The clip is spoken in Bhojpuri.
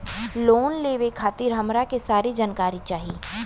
लोन लेवे खातीर हमरा के सारी जानकारी चाही?